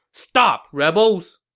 stop rebels!